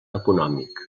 econòmic